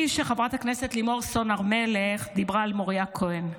חברת הכנסת לימור סון הר מלך דיברה על מוריה כהן,